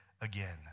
again